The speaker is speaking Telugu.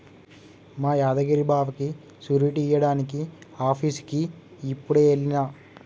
మా యాదగిరి బావకి సూరిటీ ఇయ్యడానికి ఆఫీసుకి యిప్పుడే ఎల్లిన